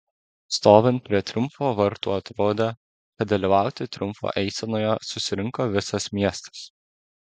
stovint prie triumfo vartų atrodė kad dalyvauti triumfo eisenoje susirinko visas miestas